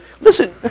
listen